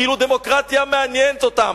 כאילו דמוקרטיה מעניינת אותם.